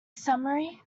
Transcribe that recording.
summary